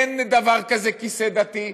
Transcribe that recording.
אין דבר כזה כיסא דתי.